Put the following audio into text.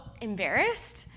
embarrassed